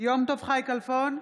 יום טוב חי כלפון,